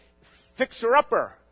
fixer-upper